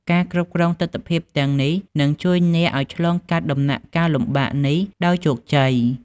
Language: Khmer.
ការគ្រប់គ្រងទិដ្ឋភាពទាំងនេះនឹងជួយអ្នកឱ្យឆ្លងកាត់ដំណាក់កាលលំបាកនេះដោយជោគជ័យ។